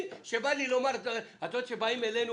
באים אלינו,